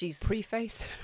preface